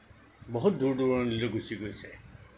বহুত দূৰ দুৰণিলৈ গুচি গৈছে